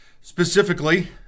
specifically